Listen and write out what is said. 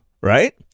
right